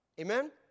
Amen